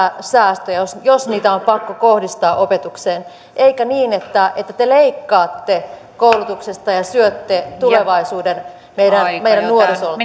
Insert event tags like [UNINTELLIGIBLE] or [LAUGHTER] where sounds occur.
säästöjä jos jos niitä on pakko kohdistaa opetukseen ettekä niin että että te leikkaatte koulutuksesta ja syötte tulevaisuuden meidän nuorisoltamme [UNINTELLIGIBLE]